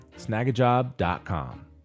Snagajob.com